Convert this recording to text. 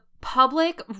public